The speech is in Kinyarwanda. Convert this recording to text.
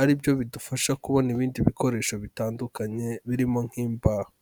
ari byo bidufasha kubona ibindi bikoresho bitandukanye birimo nk'imbaho.